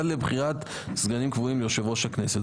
זאת עד לבחירת סגנים קבועים ליושב ראש הכנסת.